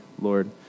Lord